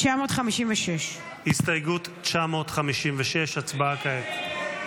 956. הסתייגות 956, הצבעה כעת.